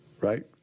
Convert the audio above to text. right